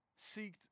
seeked